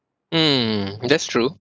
mm that's true